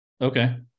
Okay